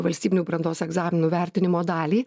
valstybinių brandos egzaminų vertinimo dalį